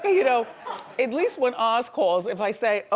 but you know at least when oz calls, if i say, ah